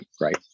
Right